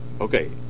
okay